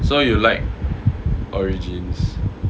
so you like origins